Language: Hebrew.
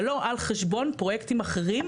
אבל לא על חשבון פרויקטים אחרים